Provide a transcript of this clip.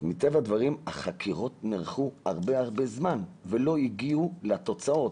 אז מטבע הדברים החקירות נערכו הרבה זמן ולא הגיעו לתוצאות.